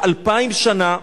אלפיים שנה